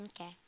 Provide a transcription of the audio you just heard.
Okay